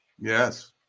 yes